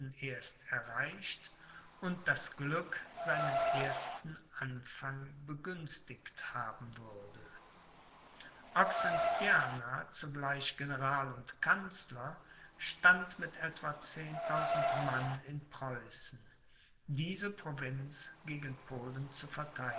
erst erreicht und das glück seinen ersten anfang begünstigt haben würde oxenstierna zugleich general und kanzler stand mit etwa zehntausend mann in preußen diese provinz gegen polen